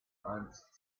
einst